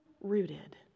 rooted